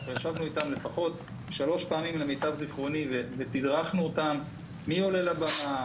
ישבנו עם הקבוצות לפחות 3 פעמים ותדרכנו אותם מי עולה לבמה,